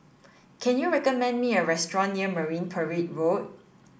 can you recommend me a restaurant near Marine Parade Road